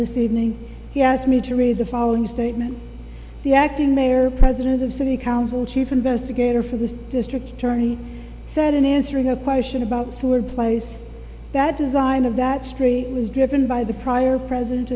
this evening he asked me to read the following statement the acting mayor president of city council chief investigator for the district attorney said in answering a question about sewer place that design of that street was driven by the prior president